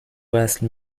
وصل